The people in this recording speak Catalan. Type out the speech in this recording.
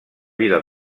vila